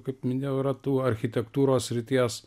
kaip minėjau yra tų architektūros srities